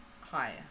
higher